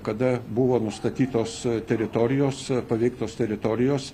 kada buvo nustatytos teritorijos paveiktos teritorijos